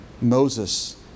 Moses